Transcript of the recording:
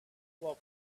while